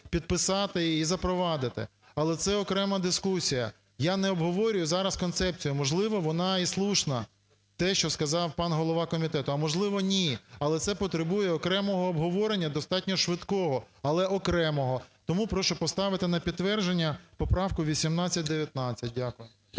підписати і запровадити. Але це окрема дискусія. Я не обговорюю зараз концепцію, можливо вона і слушна те, що сказав пан голова комітету, а можливо – ні, але це потребує окремого обговорення достатньо швидкого, але окремого. Тому прошу поставити на підтвердження поправку 1819. Дякую.